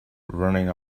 running